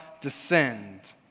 descend